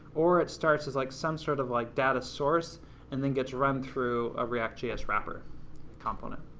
or it starts as like some sort of like data source and then gets run through a react js wrapper component.